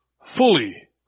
Fully